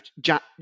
Jack